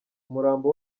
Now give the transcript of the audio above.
umurambo